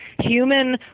human